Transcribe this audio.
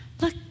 Look